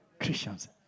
Christians